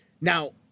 Now